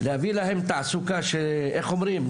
להביא להם תעסוקה שאייך אומרים,